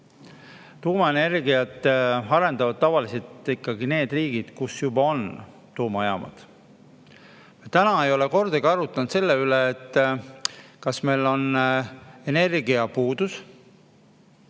Tuumaenergiat arendavad tavaliselt ikkagi need riigid, kus juba on tuumajaamad. Täna ei ole kordagi arutatud selle üle, kas meil on energiapuudus.